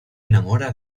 enamora